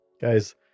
Guys